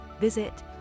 visit